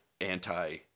anti-